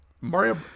Mario